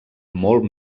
molt